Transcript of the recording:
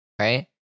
right